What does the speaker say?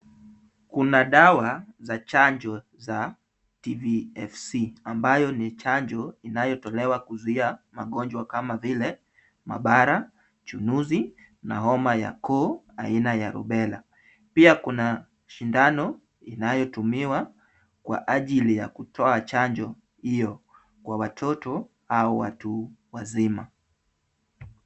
Kuna dawa za chanjo za TVFC ambayo ni chanjo inayotolewa kuzuia magonjwa kama vile mabara, chunuzi na homa ya koo aina ya rubella. Pia kuna sindano inayotumiwa kwa ajili ya kutoa chanjo hiyo kwa watoto au watu wazima.